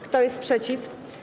Kto jest przeciw?